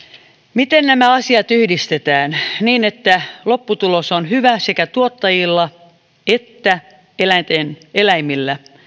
miten nämä asiat yhdistetään niin että lopputulos on hyvä sekä tuottajilla että eläimillä